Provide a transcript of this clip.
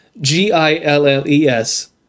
G-I-L-L-E-S